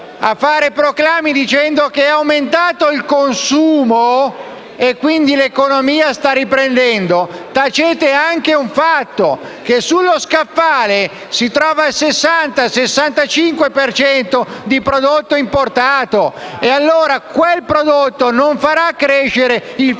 a fare proclami, dicendo che è aumentato il consumo e che quindi l'economia sta riprendendo, tacete il fatto che sullo scaffale si trova il 60-65 per cento di prodotto importato. Quel prodotto non farà crescere il